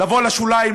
לבוא לשוליים,